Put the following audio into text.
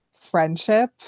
friendship